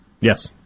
Yes